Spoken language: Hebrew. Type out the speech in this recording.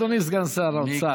אדוני סגן שר האוצר.